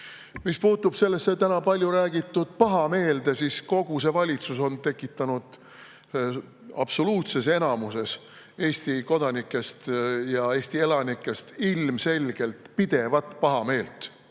Mis puutub sellesse täna palju räägitud pahameelde, siis kogu see valitsus on tekitanud absoluutses enamuses Eesti kodanikes ja Eesti elanikes ilmselgelt pidevat pahameelt.